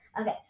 Okay